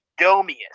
domius